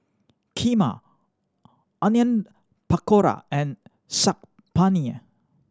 Kheema Onion Pakora and Saag Paneer